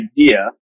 idea